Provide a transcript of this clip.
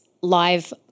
live